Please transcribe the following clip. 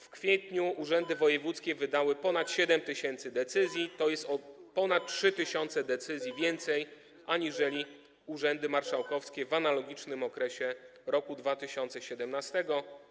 W kwietniu urzędy wojewódzkie wydały ponad 7 tys. decyzji, tj. o ponad 3 tys. decyzji więcej aniżeli urzędy marszałkowskie w analogicznym okresie roku 2017.